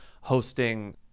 hosting